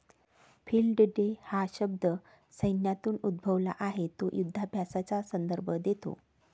field day हा शब्द सैन्यातून उद्भवला आहे तो युधाभ्यासाचा संदर्भ देतो